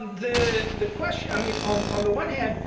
the the question i mean, on on the one hand,